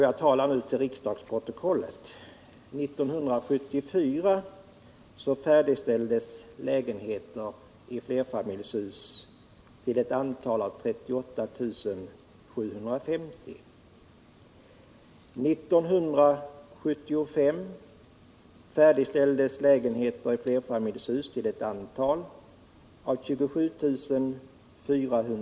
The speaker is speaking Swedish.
Jag talar nu till riksdagsprotokollet.